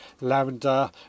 lavender